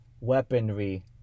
weaponry